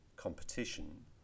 competition